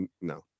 no